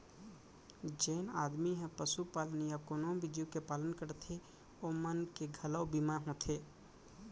जेन आदमी ह पसुपालन या कोनों भी जीव के पालन करथे ओ मन के घलौ बीमा होथे